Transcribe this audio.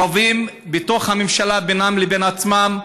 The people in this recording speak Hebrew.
רבים בתוך הממשלה בינם לבין עצמם,